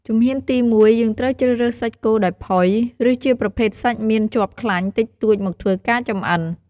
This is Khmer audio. ជំហានទីមួយ យើងត្រូវជ្រើសរើសសាច់គោដែលផុយ ឬជាប្រភេទសាច់មានជាប់ខ្លាញ់តិចតួចមកធ្វើការចំអិន។